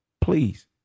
Please